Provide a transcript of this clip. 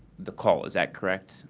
the call, is that correct?